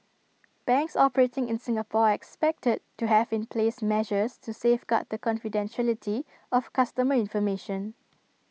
banks operating in Singapore are expected to have in place measures to safeguard the confidentiality of customer information